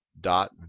dot